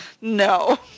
no